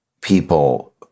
people